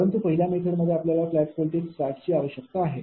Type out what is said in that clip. परंतु पहिल्या मेथडमध्ये आपल्याला फ्लॅट व्होल्टेज स्टार्टची आवश्यकता आहे